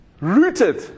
Rooted